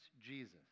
Jesus